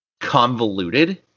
convoluted